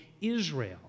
Israel